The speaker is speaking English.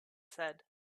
said